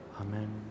Amen